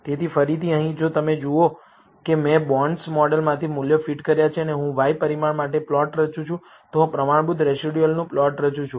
તેથી ફરીથી અહીં જો તમે જુઓ કે મેં બોન્ડ્સ મોડેલમાંથી મૂલ્યો ફીટ કર્યા છે અને હું y પરિમાણ માટે પ્લોટ રચું છું તો હું પ્રમાણભૂત રેસિડયુઅલનું પ્લોટ રચું છું